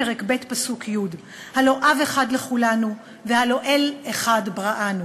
פרק ב' פסוק י': "הלוא אב אחד לכלנו הלוא אל אחד בראנו".